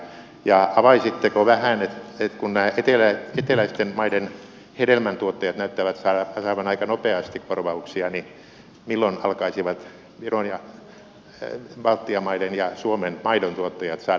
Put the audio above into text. ja avaisitteko vähän sitä että kun nämä eteläisten maiden hedelmäntuottajat näyttävät saavan aika nopeasti korvauksia niin milloin alkaisivat baltian maiden ja suomen maidontuottajat saada korvauksia